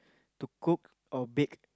to cook or bake